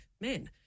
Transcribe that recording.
men